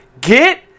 Get